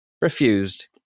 refused